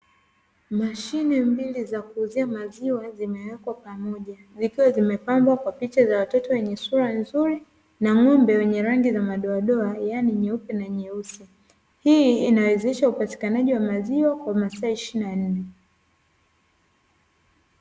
Mashine mbili za kuuzia maziwa zimewekwa pamoja, zikiwa zimepambwa kwa picha za watoto wenye sura nzuri, na ng'ombe wenye rangi za madoadoa yaani nyeupe na nyeusi, hii inawezesha upatikanaji wa maziwa kwa masaa ishirini na nne.